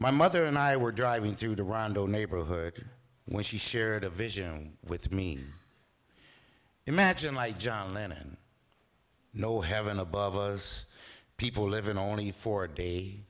my mother and i were driving through the rondeau neighborhood when she shared a vision with me imagine like john lennon no heaven above us people living only for a day